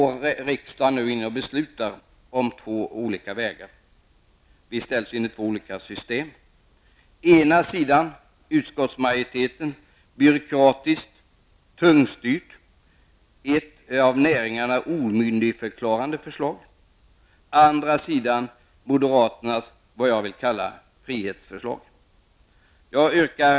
Riksdagen kan nu besluta om två olika vägar. Vi ställs inför två olika system -- å ena sidan utskottsmajoritetens förslag, ett byråkratiskt och tungstyrt förslag som omyndigförklarar näringarna -- å andra sidan det jag vill kalla moderaternas frihetsförslag. Herr talman!